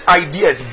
ideas